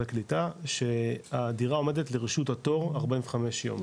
הקליטה שהדירה עומדת לרשות התור 45 יום,